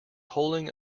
holding